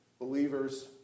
believers